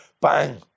Bang